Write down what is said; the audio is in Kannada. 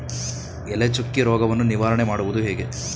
ಎಲೆ ಚುಕ್ಕಿ ರೋಗವನ್ನು ನಿವಾರಣೆ ಮಾಡುವುದು ಹೇಗೆ?